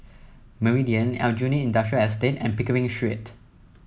Meridian Aljunied Industrial Estate and Pickering Street